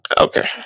Okay